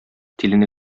тилене